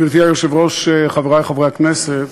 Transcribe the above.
גברתי היושבת-ראש, חברי חברי הכנסת,